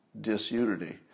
disunity